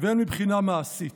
והן מבחינה מעשית.